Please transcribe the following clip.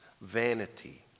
vanity